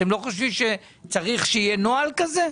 אתם לא חושבים שצריך להיות נוהל כזה?